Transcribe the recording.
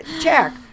check